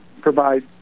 provide